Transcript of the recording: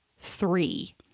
Three